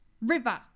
River